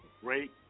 great